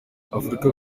afurika